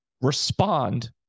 respond